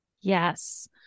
Yes